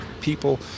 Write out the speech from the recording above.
people